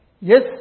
Yes